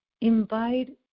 invite